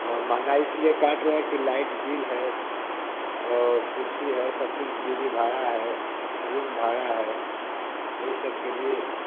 वह महँगा इसलिए काट रहे हैं कि लाइट बिल है कुर्सी है सब कुछ भी भी भाड़ा है रूम भाड़ा है यही सब के लिए